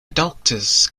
doctors